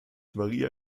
maria